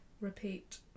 Repeat